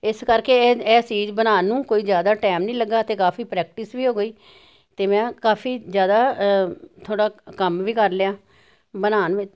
ਇਸ ਕਰਕੇ ਇਹ ਇਹ ਚੀਜ਼ ਬਣਾਉਣ ਨੂੰ ਕੋਈ ਜ਼ਿਆਦਾ ਟੈਮ ਨਹੀਂ ਲੱਗਾ ਅਤੇ ਕਾਫ਼ੀ ਪ੍ਰੈਕਟਿਸ ਵੀ ਹੋ ਗਈ ਅਤੇ ਮੈਂ ਕਾਫ਼ੀ ਜ਼ਿਆਦਾ ਥੋੜ੍ਹਾ ਕੰਮ ਵੀ ਕਰ ਲਿਆ ਬਣਾਉਣ ਵਿੱਚ